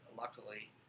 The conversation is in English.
luckily